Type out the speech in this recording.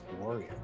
warrior